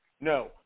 no